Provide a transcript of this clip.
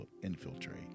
infiltrate